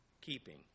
keeping